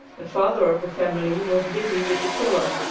the father of the family was busy with the tiller.